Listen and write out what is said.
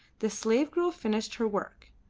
the slave-girl finished her work,